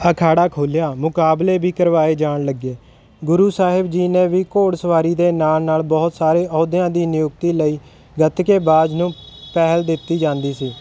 ਅਖਾੜਾ ਖੋਲਿਆ ਮੁਕਾਬਲੇ ਵੀ ਕਰਵਾਏ ਜਾਣ ਲੱਗੇ ਗੁਰੂ ਸਾਹਿਬ ਜੀ ਨੇ ਵੀ ਘੋੜ ਸਵਾਰੀ ਦੇ ਨਾਲ ਨਾਲ ਬਹੁਤ ਸਾਰੇ ਅਹੁਦਿਆਂ ਦੀ ਨਿਯੁਕਤੀ ਲਈ ਗੱਤਕੇ ਬਾਜ ਨੂੰ ਪਹਿਲ ਦਿੱਤੀ ਜਾਂਦੀ ਸੀ